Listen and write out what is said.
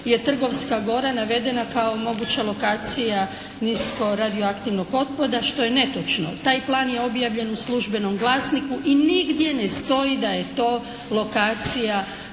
Trgovska Gora navedena kao moguća lokacija nisko radio-aktivnog otpada što je netočno. Taj plan je objavljen u službenom Glasniku i nigdje ne stoji da je to lokacija